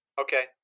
Okay